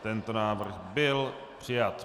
Tento návrh byl přijat.